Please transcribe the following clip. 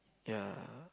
ya